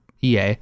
EA